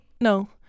no